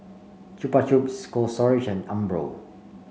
Chupa Chups Cold Storage and Umbro